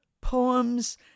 poems